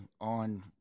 on